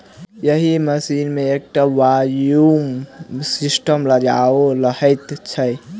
एहि मशीन मे एकटा वैक्यूम सिस्टम लगाओल रहैत छै